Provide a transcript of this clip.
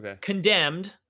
Condemned